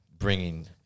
bringing